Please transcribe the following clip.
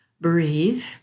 breathe